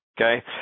okay